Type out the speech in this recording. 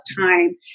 time